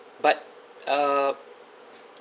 but uh